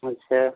अच्छा